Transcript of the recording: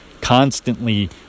constantly